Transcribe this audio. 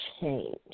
change